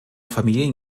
familien